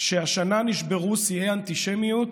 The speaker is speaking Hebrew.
שהשנה נשברו שיאי אנטישמיות